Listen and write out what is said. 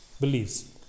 beliefs